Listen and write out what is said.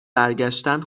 برگشتن